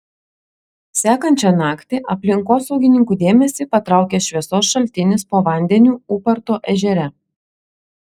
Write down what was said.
sekančią naktį aplinkosaugininkų dėmesį patraukė šviesos šaltinis po vandeniu ūparto ežere